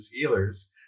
healers